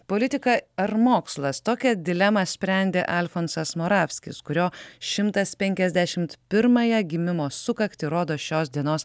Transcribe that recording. politika ar mokslas tokią dilemą sprendė alfonsas moravskis kurio šimtas penkiasdešimt pirmąją gimimo sukaktį rodo šios dienos